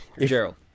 gerald